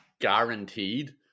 guaranteed